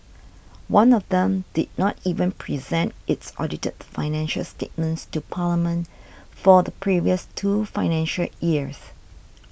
one of them did not even present its audited financial statements to Parliament for the previous two financial years